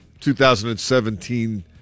2017